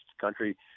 country